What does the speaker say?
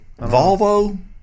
Volvo